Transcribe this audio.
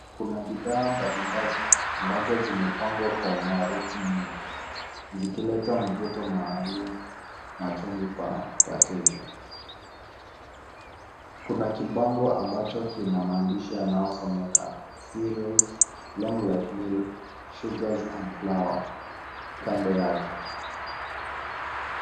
Kuna bidhaa mbali mbali ambazo zimepangwa kwa umaarufu mno zikileta mvuto maalum machoni pa wateja, kuna kibango ambacho kina maandishi yanaosomeka serials, long life milk, sugars and flour kando yake.